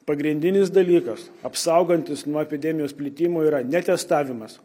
pagrindinis dalykas apsaugantis nuo epidemijos plitimo yra ne testavimas